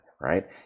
Right